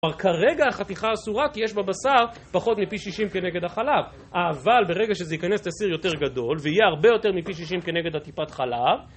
כלומר, כרגע החתיכה אסורה, כי יש בה בשר פחות מפי 60 כנגד החלב, אבל ברגע שזה ייכנס לסיר יותר גדול, ויהיה הרבה יותר מפי 60 כנגד הטיפת חלב